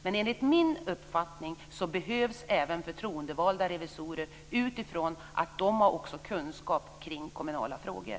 Men enligt min uppfattning behövs även förtroendevalda revisorer utifrån att de också har kunskap kring kommunala frågor.